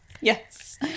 Yes